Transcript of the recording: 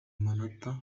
amanota